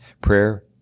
prayer